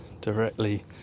directly